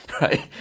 right